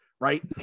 right